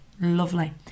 Lovely